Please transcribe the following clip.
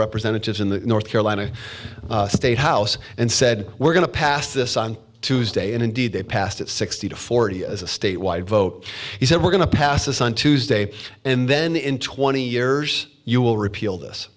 representatives in the north carolina state house and said we're going to pass this on tuesday and indeed they passed it sixty to forty as a statewide vote he said we're going to pass this on tuesday and then in twenty years you will repeal